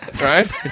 right